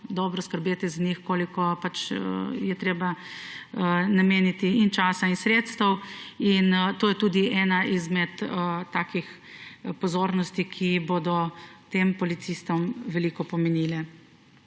dobro skrbeti za njih, koliko je treba nameniti časa in sredstev. In to je tudi ena izmed takih pozornosti, ki bodo tem policistom veliko pomenile.